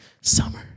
summer